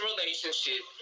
relationship